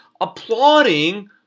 applauding